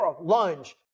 lunge